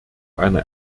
einer